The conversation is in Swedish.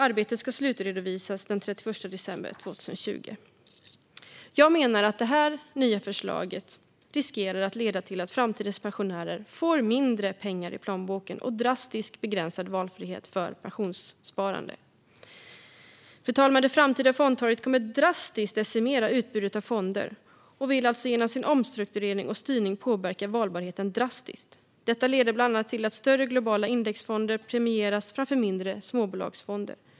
Arbetet ska slutredovisas den 31 december 2020. Det här nya förslaget riskerar att leda till att framtidens pensionärer kommer att få mindre pengar i plånboken och drastiskt begränsad valfrihet för pensionssparande. Det framtida fondtorget kommer att drastiskt decimera utbudet av fonder och genom sin omstrukturering och styrning kraftigt påverka valbarheten. Detta leder bland annat till att större globala indexfonder premieras framför mindre småbolagsfonder.